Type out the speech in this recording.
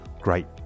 great